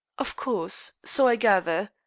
of course. so i gather.